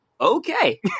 okay